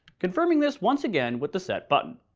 confirming this once again with the set button.